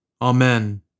Amen